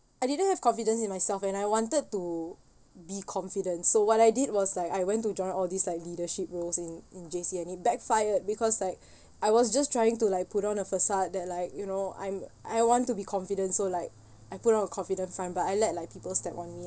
I didn't have confidence in myself and I wanted to be confident so what I did was like I went to join all these like leadership roles in in J_C and it backfired because like I was just trying to like put on a facade that like you know I'm I want to be confident so like I put a lot of confident front but I let like people step on me